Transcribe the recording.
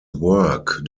work